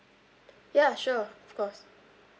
ya sure of course